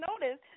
notice